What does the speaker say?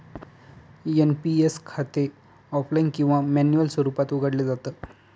NPS खाते offline किंवा manual स्वरूपात उघडलं जात